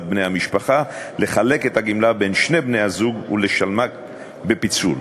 בני-המשפחה לחלק את הגמלה בין שני בני-הזוג ולשלמה בפיצול.